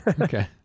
Okay